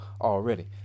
already